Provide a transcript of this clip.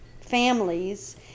families